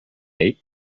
hate